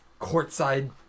courtside